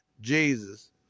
jesus